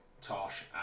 Tosh